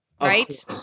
right